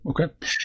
Okay